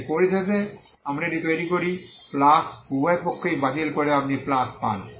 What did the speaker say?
তাই পরিশেষে আমরা এটি তৈরি করি প্লাস উভয় পক্ষই বাতিল করে আপনি প্লাস পান